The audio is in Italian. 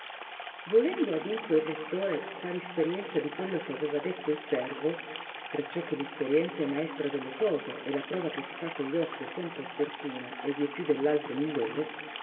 volendo adunque il rettore far isperienza di quello che aveva detto il servo perciò che l isperienza è maestra delle cose e la prova che si fa con gli occhi è sempre opportuna e vie più dell'altre migliore